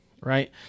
right